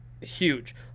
huge